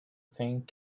thing